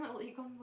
illegal